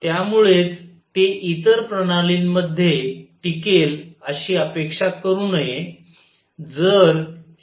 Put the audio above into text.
त्यामुळेच ते इतर प्रणालींमध्ये टिकेल अशी अपेक्षा करू नये जर हे